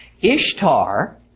Ishtar